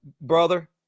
brother